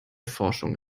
forschung